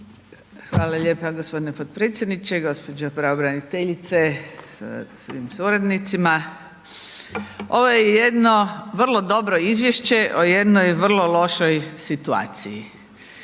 Hvala lijepo g. potpredsjedniče. Gđo. pravobraniteljice sa suradnicima. Ovo je jedno vrlo dobro izvješće o jednoj vrlo lošoj situaciji.